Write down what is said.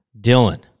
Dylan